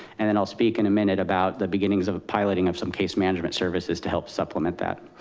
and then i'll speak in a minute about the beginnings of of piloting of some case management services to help supplement that.